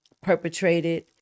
perpetrated